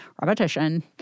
repetition